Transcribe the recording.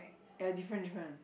ya different different